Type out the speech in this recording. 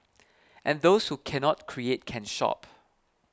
and those who cannot create can shop